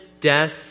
death